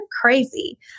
crazy